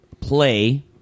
play